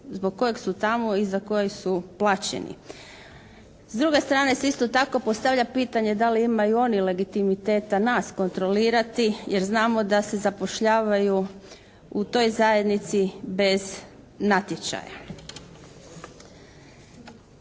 zbog kojeg su tamo i za koji su plaćeni. S druge strane se isto tako postavlja pitanje da li imaju oni legitimiteta nas kontrolirati, jer znamo da se zapošljavaju u toj zajednici bez natječaja?